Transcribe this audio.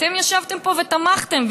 אתם ישבתם פה ותמכתם,